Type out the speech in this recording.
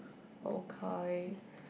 okay